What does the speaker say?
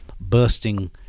bursting